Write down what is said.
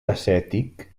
acètic